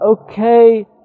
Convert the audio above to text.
okay